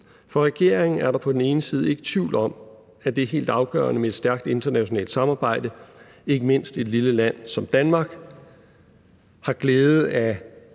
For regeringen er der på den ene side ikke tvivl om, at det er helt afgørende med et stærkt internationalt samarbejde; ikke mindst et lille land som Danmark har glæde af